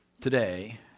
today